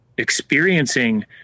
experiencing